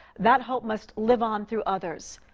that hope must live on through others.